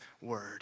Word